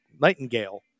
Nightingale